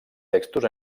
textos